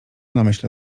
namyśle